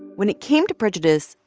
when it came to prejudice,